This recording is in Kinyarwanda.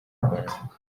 rwanda